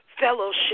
fellowship